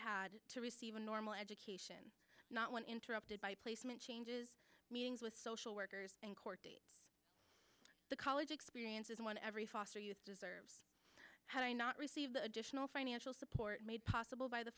had to receive a normal education not one interrupted by placement changes meetings social workers and court date the college experience is one every foster youth deserves had i not received the additional financial support made possible by the